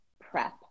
prep